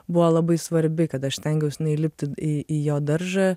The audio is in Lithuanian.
buvo labai svarbi kad aš stengiaus neįlipti įį jo daržą